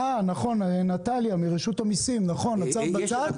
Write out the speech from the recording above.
נטליה מרשות המיסים, עצרת בצד?